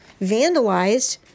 vandalized